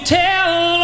tell